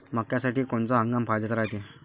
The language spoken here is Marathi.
मक्क्यासाठी कोनचा हंगाम फायद्याचा रायते?